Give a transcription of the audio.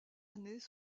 années